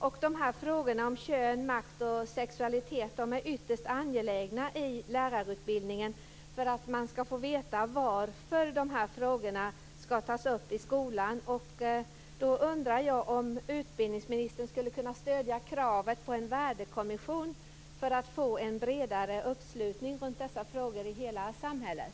Ändå är frågorna om kön, makt och sexualitet ytterst angelägna i lärarutbildningen för att man skall få veta varför de här frågorna skall tas upp i skolan. Jag undrar om utbildningsministern skulle kunna stödja kravet på en värdekommission för att få en bredare uppslutning runt dessa frågor i hela samhället.